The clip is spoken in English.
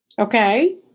Okay